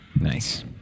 Nice